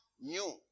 new